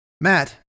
Matt